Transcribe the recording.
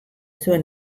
zuen